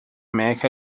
meca